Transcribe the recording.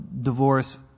divorce